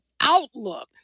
outlook